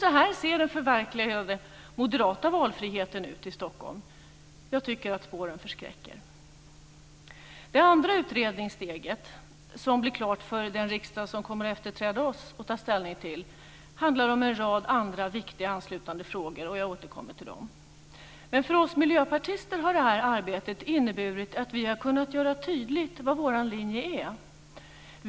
Så här ser den förverkligade moderata valfriheten ut i Stockholm. Jag tycker att spåren förskräcker. Det andra utredningssteget, som den riksdag som kommer att efterträda oss kommer att få ta ställning till, handlar om en rad andra viktiga anslutande frågor. Jag återkommer till dem. För oss miljöpartister har det här arbetet inneburit att vi har kunnat göra tydligt vad vår linje är.